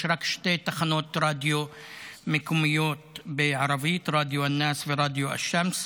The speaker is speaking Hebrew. ויש רק שתי תחנות רדיו מקומיות בערבית רדיו א-נאס ורדיו א-שמס,